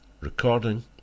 Recording